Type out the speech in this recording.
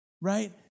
right